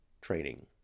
training